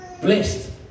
Blessed